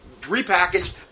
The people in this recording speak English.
repackaged